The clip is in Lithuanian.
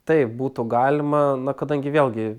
taip būtų galima na kadangi vėlgi